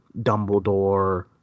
Dumbledore